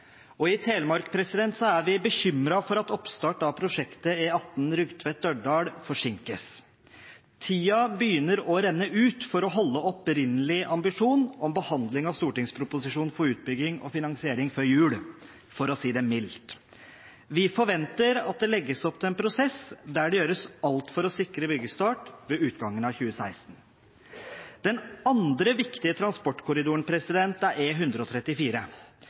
og i Telemark er vi bekymret for at oppstart av prosjektet E18 Rugtvedt‒Dørdal forsinkes. Tiden begynner å renne ut for å holde opprinnelig ambisjon om behandling av stortingsproposisjonen for utbygging og finansiering før jul, for å si det mildt. Vi forventer at det legges opp til en prosess der det gjøres alt for å sikre byggestart ved utgangen av 2016. Den andre viktige transportkorridoren er E134. Det er